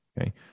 Okay